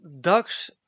ducks